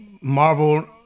Marvel